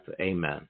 Amen